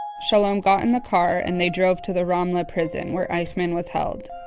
shalom got in the car, and they drove to the ramle prison, where eichmann was held.